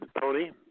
Tony